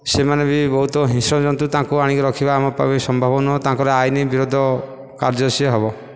ସେମାନେ ବି ବହୁତ ହିଂସ୍ରଜନ୍ତୁ ତାଙ୍କୁ ଆଣିକି ରଖିବା ଆମ ପାଇଁ ବି ସମ୍ଭବ ନୁହଁ ତାଙ୍କର ଆଇନ ବିରୁଦ୍ଧ କାର୍ଯ୍ୟ ସିଏ ହେବ